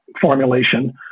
formulation